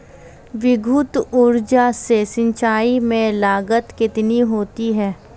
विद्युत ऊर्जा से सिंचाई में लागत कितनी होती है?